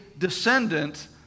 descendant